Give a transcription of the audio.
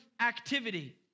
activity